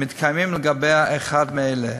ומתקיימים לגביה אחד מאלה: